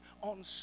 on